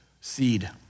seed